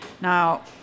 Now